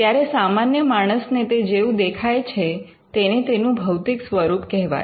ત્યારે સામાન્ય માણસને તે જેવું દેખાય છે તેને તેનું ભૌતિક સ્વરૂપ કહેવાય